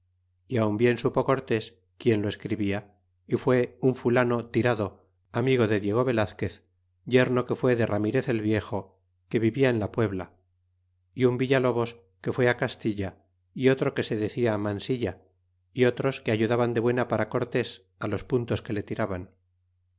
aun bien supo cortes quien lo escribía y fue un fulano tirado amigo de diego velazquez yerno que fue de ramirez el viejo que vivia en la puebla y un villalobos que fué á castilla y otro que se decia mansilla y otros que ayudaban de buena para cortés á los puntos que le tiraban